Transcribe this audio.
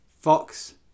Fox